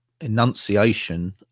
enunciation